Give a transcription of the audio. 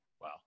Wow